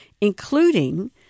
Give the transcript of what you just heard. including